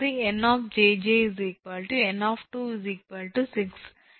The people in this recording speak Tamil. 𝑗𝑗 2 அதாவது 𝑁 𝑗𝑗 𝑁 6